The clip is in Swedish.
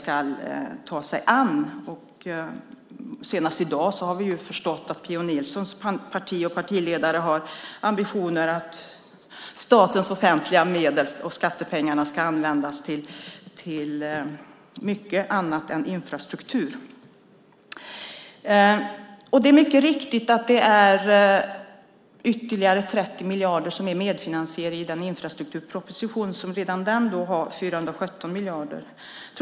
Senast i dag har vi förstått att Pia Nilssons parti och partiledare har ambitionen att statens offentliga medel och skattepengar ska användas till mycket annat än infrastruktur. Det är mycket riktigt att det finns ytterligare 30 miljarder för medfinansiering utöver de 417 miljarderna i infrastrukturpropositionen.